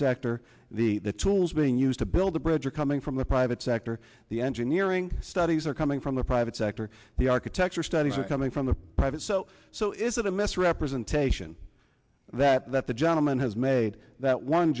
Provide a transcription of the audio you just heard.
sector the tools being used to build the bridge are coming from the private sector the engineering studies are coming from the private sector the architecture studies are coming from the private so so is it a misrepresentation that that the gentleman has made that one